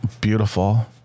beautiful